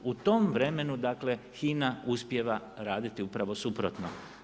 U tom vremenu, dakle, HINA uspijeva raditi upravo suprotno.